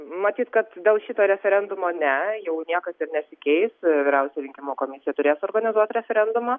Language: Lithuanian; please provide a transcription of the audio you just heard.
matyt kad dėl šito referendumo ne jau niekas ir nesikeis vyriausioji rinkimų komisija turės organizuoti referendumą